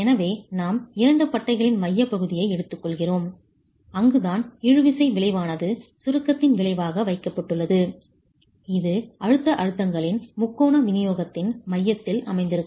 எனவே நாம் இரண்டு பட்டைகளின் மையப்பகுதியை எடுத்துக்கொள்கிறோம் அங்குதான் இழுவிசை விளைவானது சுருக்கத்தின் விளைவாக வைக்கப்பட்டுள்ளது இது அழுத்த அழுத்தங்களின் முக்கோண விநியோகத்தின் மையத்தில் அமர்ந்திருக்கும்